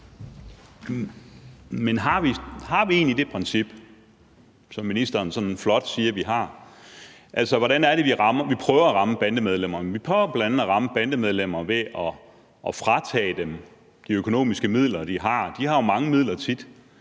Men har vi egentlig det princip, som ministeren sådan flot siger vi har? Hvordan er det, vi prøver at ramme bandemedlemmer? Vi prøver bl.a. at ramme bandemedlemmer ved at fratage dem de økonomiske midler, de har. De har jo tit mange midler.